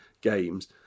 games